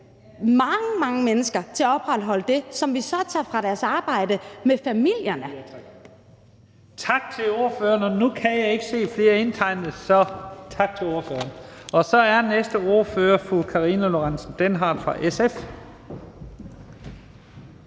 mange, mange mennesker til at opretholde det, som vi så tager fra deres arbejde med familierne.